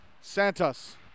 Santos